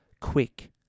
quick